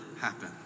happen